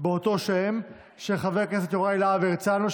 באותו שם של חבר הכנסת יוראי להב הרצנו,